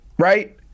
Right